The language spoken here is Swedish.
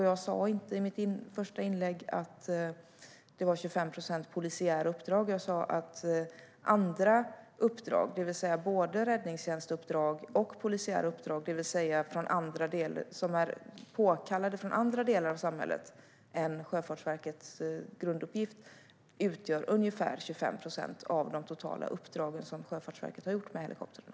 Jag sa inte i mitt första inlägg att det var 25 procent polisiära uppdrag, utan jag sa att andra uppdrag - både räddningstjänstuppdrag och polisiära uppdrag, som alltså är påkallade från andra delar av samhället än Sjöfartsverkets grunduppgift - utgör ungefär 25 procent av de totala uppdrag som Sjöfartsverket har gjort med helikoptrarna.